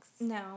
No